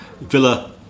Villa